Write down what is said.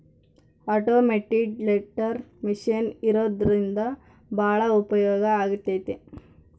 automated teller machine ಇರೋದ್ರಿಂದ ಭಾಳ ಉಪಯೋಗ ಆಗೈತೆ